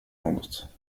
något